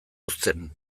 uzten